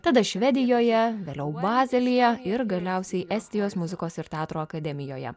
tada švedijoje vėliau bazelyje ir galiausiai estijos muzikos ir teatro akademijoje